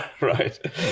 right